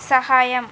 సహాయం